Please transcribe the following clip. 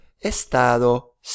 Estado